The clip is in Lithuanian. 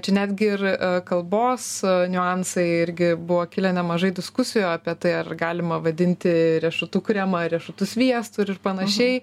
čia netgi ir kalbos niuansai irgi buvo kilę nemažai diskusijų apie tai ar galima vadinti riešutų kremą riešutų sviestu ir panašiai